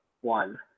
one